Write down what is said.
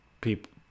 people